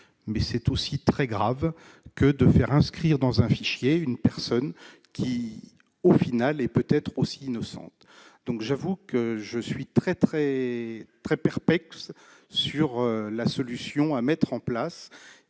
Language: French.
mais c'est aussi très graves que de faire inscrire dans un fichier, une personne qui, au final, et peut-être aussi innocente, donc j'avoue que je suis très très très perplexe sur la solution à mettre en place